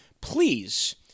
please